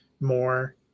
more